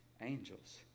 angels